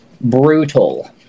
brutal